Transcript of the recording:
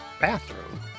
bathroom